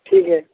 ٹھیک ہے